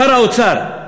שר האוצר,